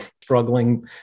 struggling